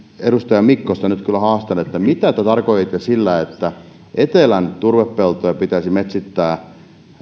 edustaja mikkosta nyt kyllä haastan mitä te tarkoititte sillä että etelän turvepeltoja pitäisi metsittää